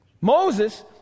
Moses